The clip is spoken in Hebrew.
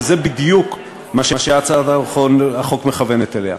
וזה בדיוק מה שהצעת החוק מכוונת אליה.